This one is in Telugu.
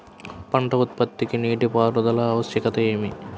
పంట ఉత్పత్తికి నీటిపారుదల ఆవశ్యకత ఏమి?